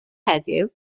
heddiw